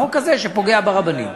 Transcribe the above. את החוק הזה, שפוגע ברבנים.